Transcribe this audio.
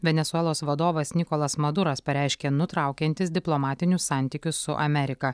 venesuelos vadovas nikolas maduras pareiškė nutraukiantis diplomatinius santykius su amerika